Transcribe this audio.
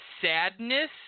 sadness